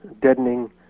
deadening